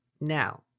Now